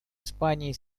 испании